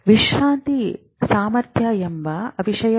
ವಿಶ್ರಾಂತಿ ಸಾಮರ್ಥ್ಯ ಎಂಬ ವಿಷಯವಿದೆ